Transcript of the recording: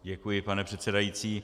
Děkuji, pane předsedající.